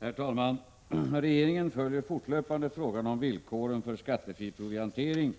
Herr talman! Regeringen följer fortlöpande frågan om villkoren för skattefri proviantering